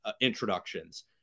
introductions